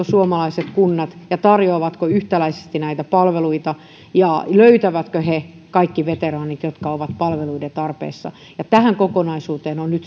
suomalaiset kunnat ja tarjoavatko yhtäläisesti näitä palveluita ja löytävätkö ne kaikki veteraanit jotka ovat palveluiden tarpeessa tähän kokonaisuuteen on